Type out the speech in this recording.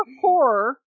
horror